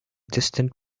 distant